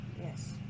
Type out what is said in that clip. yes